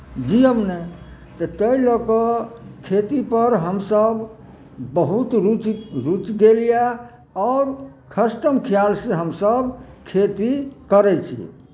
जीयब नहि तऽ ताहि लऽ कऽ खेतीपर हमसभ बहुत रुचि रुचि देलियैए आओर षष्ठम ख्यालसँ हमसभ खेती करै छी